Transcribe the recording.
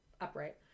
upright